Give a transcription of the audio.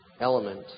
element